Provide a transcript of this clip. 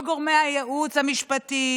כל גורמי הייעוץ המשפטי